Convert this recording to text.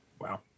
Wow